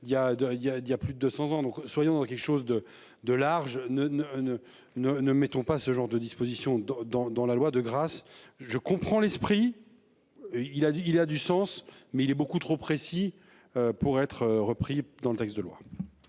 dit à plus de 200 ans. Donc soyons dans quelque chose de de large ne ne ne ne ne mettons pas ce genre de disposition dans dans dans la loi de grâce. Je comprends l'esprit. Il a dit il a du sens, mais il est beaucoup trop précis. Pour être repris. Dans le texte de loi.